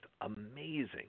amazing